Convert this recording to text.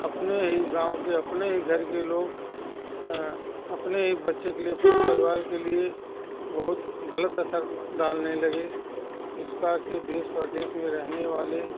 अपने ही गाँव के अपने ही घर के लोग अपने ही बच्चे के लिए अपने परिवार के लिए बहुत गलत असर डालने लगे इस प्रकार से देश प्रदेश में रहने वाले